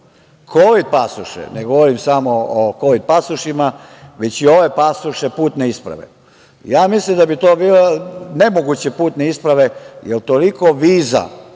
kovid pasoše, ne govorim samo o kovid pasošima, već i ove pasoše, putne isprave? Ja mislim da bi to bile nemoguće putne isprave, jer toliko viza